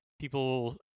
People